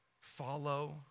follow